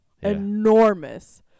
enormous